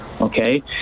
okay